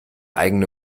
eigene